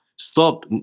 Stop